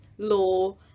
law